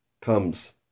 comes